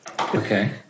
okay